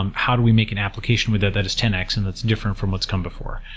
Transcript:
um how do we make an application with that that is ten x and that's different from what's come before?